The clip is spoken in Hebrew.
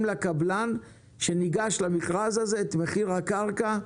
לקבלן שניגש למכרז הזה את מחיר הקרקע,